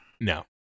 No